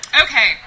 Okay